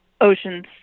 Ocean's